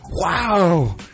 Wow